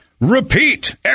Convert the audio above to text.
repeat